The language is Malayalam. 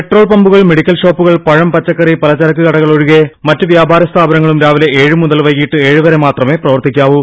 പെട്രോൾ പമ്പുകൾ മെഡിക്കൽഷോപ്പുകൾ പഴം പച്ചക്കറി പലചരക്ക് കടകൾ ഒഴികെ മറ്റ് വ്യാപാര സ്ഥാപനങ്ങളും രാവിലെ ഏഴ് മുതൽ വൈകിട്ട് ഏഴ് വരെ മാത്രമെ പ്രവർത്തിക്കാവൂ